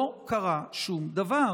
לא קרה שום דבר.